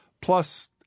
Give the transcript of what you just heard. Plus